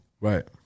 Right